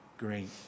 great